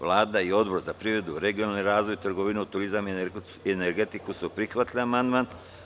Vlada i Odbor za privredu, regionalni razvoj, trgovinu, turizam i energetiku su prihvatili amandman.